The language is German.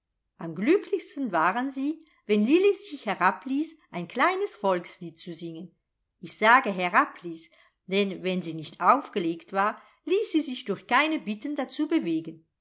am glücklichsten waren sie wenn lilli sich herabließ ein kleines volkslied zu singen ich sage herabließ denn wenn sie nicht aufgelegt war ließ sie sich durch keine bitten dazu bewegen